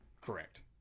Correct